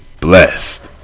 blessed